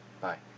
Bye